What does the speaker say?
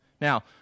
Now